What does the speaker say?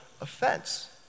offense